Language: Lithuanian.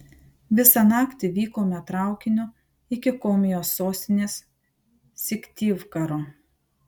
visą naktį vykome traukiniu iki komijos sostinės syktyvkaro